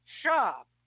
shop